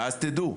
ואז תדעו.